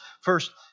First